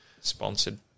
sponsored